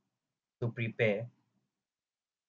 to prepare